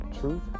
truth